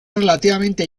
relativamente